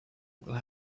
will